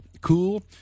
Cool